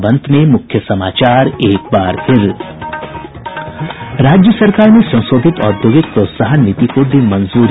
और अब अंत में मुख्य समाचार राज्य सरकार ने संशोधित औद्योगिक प्रोत्साहन नीति को दी मंजूरी